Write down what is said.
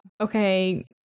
okay